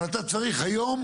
אבל אתה צריך היום,